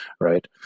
right